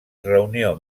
reunió